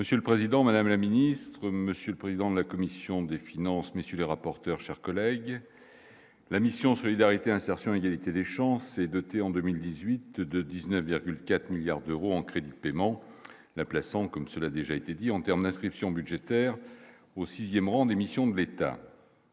Monsieur le Président, Madame la Ministre, Monsieur le président de la commission des finances, monsieur le rapporteur, chers collègues, la mission Solidarité insertion il été des chances s'est dotée en 2018 de 19,4 milliards d'euros en crédit de paiement, la plaçant comme cela déjà été dit en termes d'inscriptions budgétaires au 6ème rang des missions de l'État.